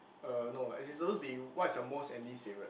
uh no as in it's suppose to be what's your most and least favourite